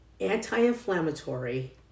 anti-inflammatory